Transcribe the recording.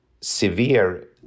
severe